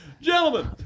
Gentlemen